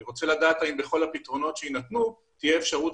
אני רוצה לדעת האם בכל הפתרונות שיינתנו תהיה אפשרות